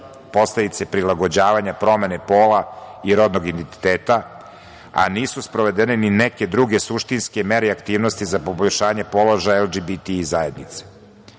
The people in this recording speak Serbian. posledice prilagođavanja promene pola i rodnog identiteta, a nisu sprovedene ni neke druge suštinske mere i aktivnosti za poboljšanje položaja LGBTI zajednice.U